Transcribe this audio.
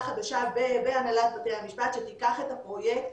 חדשה בהנהלת בתי המשפט שתיקח את הפרויקט